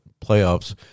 playoffs